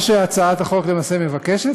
מה שהצעת החוק למעשה מבקשת,